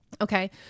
Okay